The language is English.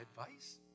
advice